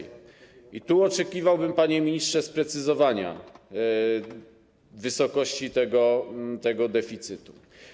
I tu oczekiwałbym, panie ministrze, sprecyzowania wysokości tego deficytu.